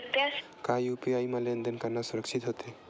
का यू.पी.आई म लेन देन करना सुरक्षित होथे?